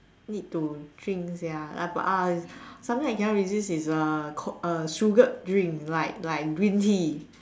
need to drink sia ah but uh is sometimes I can not resist is the coke uh sugared drinks like like green tea